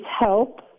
help